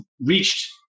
reached